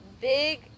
big